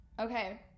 Okay